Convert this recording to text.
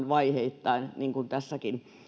vaiheittain mistä tässäkin